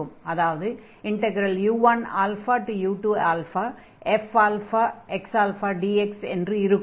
அதாவது u1u2fxαdx என்று இருக்கும்